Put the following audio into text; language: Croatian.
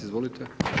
Izvolite.